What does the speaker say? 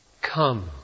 come